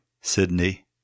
Sydney